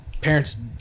parents